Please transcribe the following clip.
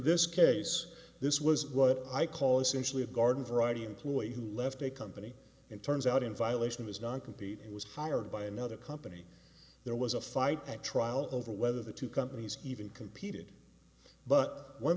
this case this was what i call essentially a garden variety employee who left a company and turns out in violation of his non compete and was hired by another company there was a fight at trial over whether the two companies even competed but one